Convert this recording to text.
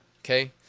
Okay